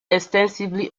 extensively